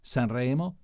Sanremo